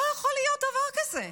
לא יכול להיות דבר כזה.